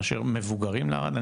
מאשר מבוקרים לערד?